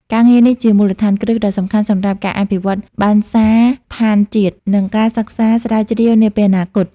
ការងារនេះជាមូលដ្ឋានគ្រឹះដ៏សំខាន់សម្រាប់ការអភិវឌ្ឍបណ្ណសារដ្ឋានជាតិ និងការសិក្សាស្រាវជ្រាវនាពេលអនាគត។